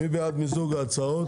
מי בעד מיזוג ההצעות?